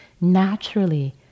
naturally